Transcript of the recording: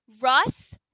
Russ